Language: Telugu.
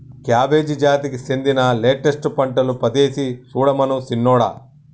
కాబేజి జాతికి సెందిన లెట్టస్ పంటలు పదేసి సుడమను సిన్నోడా